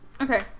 Okay